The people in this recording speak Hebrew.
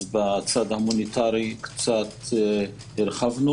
אז בצד ההומניטרי קצת הרחבנו.